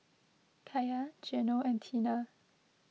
Kaia Geno and Teena